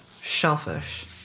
Shellfish